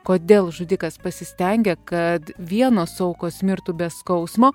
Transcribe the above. kodėl žudikas pasistengė kad vienos aukos mirtų be skausmo